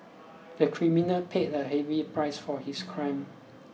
the criminal paid a heavy price for his crime